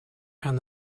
and